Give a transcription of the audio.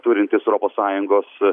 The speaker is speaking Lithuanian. turintys europos sąjungos